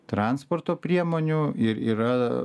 transporto priemonių ir yra